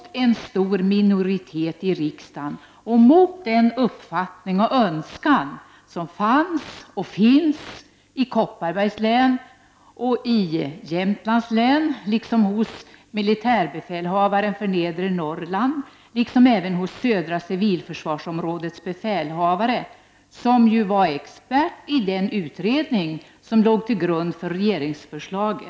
Den uppfattning och önskan som fanns och fortfarande finns både i Kopparbergs län och i Jämtlands län delas även av militärbefälhavaren för Nedre Norrland liksom befälhavaren för södra civilförsvarsområdet — som för övrigt var expert i den utredning som låg till grund för regeringsförslaget.